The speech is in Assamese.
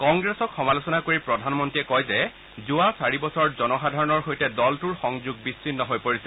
কংগ্ৰেছৰ সমালোচনা কৰি প্ৰধানমন্ত্ৰীয়ে কয় যে যোৱা চাৰি বছৰত জনসাধাৰণৰ সৈতে দলটোৰ সংযোগ বিচ্ছিন্ন হৈ পৰিছে